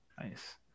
Nice